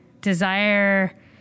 desire